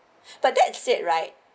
but that said right